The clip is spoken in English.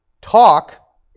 talk